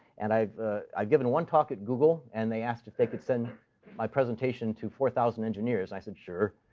and i've i've given one talk at google, and they asked if they could send my presentation to four thousand engineers, and i said sure.